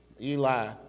Eli